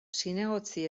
zinegotzi